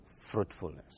fruitfulness